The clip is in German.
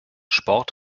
sport